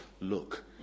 look